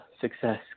success